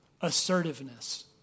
assertiveness